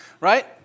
right